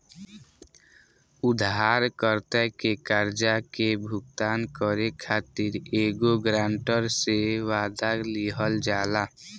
उधारकर्ता के कर्जा के भुगतान करे खातिर एगो ग्रांटर से, वादा लिहल जाला